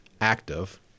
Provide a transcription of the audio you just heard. active